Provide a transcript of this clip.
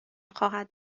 خواهد